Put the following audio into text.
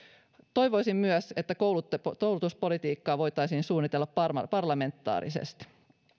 toivoisin myös että koulutuspolitiikkaa voitaisiin suunnitella parlamentaarisesti